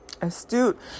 astute